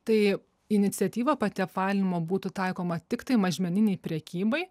tai iniciatyva pati apvalinimo būtų taikoma tiktai mažmeninei prekybai